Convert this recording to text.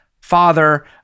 father